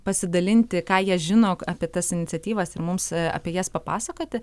pasidalinti ką jie žino apie tas iniciatyvas ir mums apie jas papasakoti